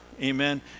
Amen